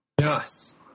Yes